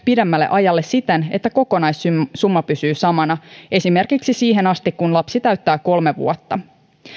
pidemmälle ajalle siten että kokonaissumma pysyy samana esimerkiksi siihen asti kun lapsi täyttää kolme vuotta